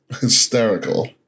Hysterical